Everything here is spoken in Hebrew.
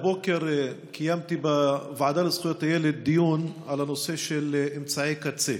הבוקר קיימתי בוועדה לזכויות הילד דיון על הנושא של אמצעי קצה